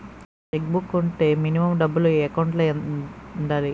Check book వుంటే minimum డబ్బులు account లో ఉండాలి?